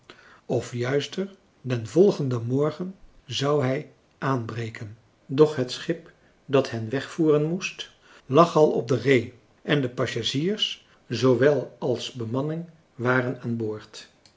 of juister den volgenden morgen zou hij aanbreken doch het schip dat hen wegvoeren moest lag al op de ree en passagiers zoowel als bemanning waren aan boord